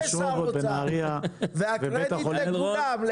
יש שר אוצר והקרדיט לכולם,